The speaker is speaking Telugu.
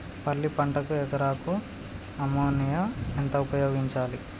పల్లి పంటకు ఎకరాకు అమోనియా ఎంత ఉపయోగించాలి?